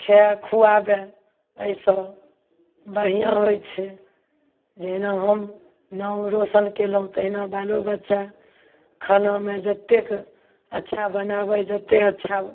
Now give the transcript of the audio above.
खाय खुआबय अइसँ बढ़िआँ होइ छै जहिना नाम रौशन कयलहुँ तहिना बालो बच्चा खानामे जतेक अच्छा बनाबय जत्ते अच्छा